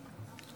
שלוש דקות.